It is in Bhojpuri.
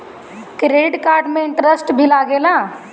क्रेडिट कार्ड पे इंटरेस्ट भी लागेला?